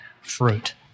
fruit